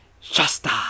Shasta